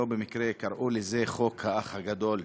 לא במקרה קראו לזה חוק האח הגדול.